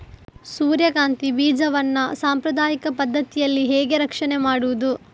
ಸೂರ್ಯಕಾಂತಿ ಬೀಜವನ್ನ ಸಾಂಪ್ರದಾಯಿಕ ಪದ್ಧತಿಯಲ್ಲಿ ಹೇಗೆ ರಕ್ಷಣೆ ಮಾಡುವುದು